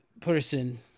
person